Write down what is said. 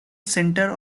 centre